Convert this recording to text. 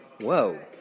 Whoa